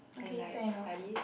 and like studies